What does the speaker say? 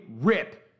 rip